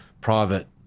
private